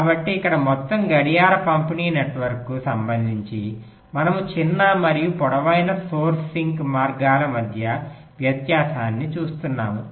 కాబట్టి ఇక్కడ మొత్తం గడియార పంపిణీ నెట్వర్క్కు సంబంధించి మనము చిన్న మరియు పొడవైన సోర్స్ సింక్ మార్గాల మధ్య వ్యత్యాసాన్ని చూస్తున్నాము